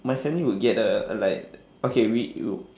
my family would get uh a like okay we w~